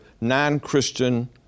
non-Christian